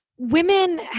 Women